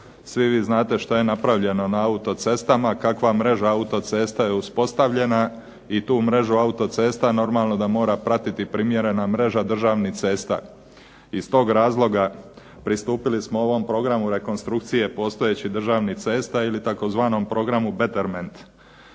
Svi vi znate što je napravljeno na autocestama, kakva mreža autocesta je uspostavljena i tu mrežu autocesta normalno da mora pratiti primjerena mreža državnih cesta. Iz tog razloga pristupili smo ovom programu rekonstrukcije postojećih državnih cesta ili tzv. programu Betterment.